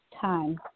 time